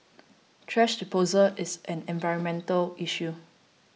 thrash disposal is an environmental issue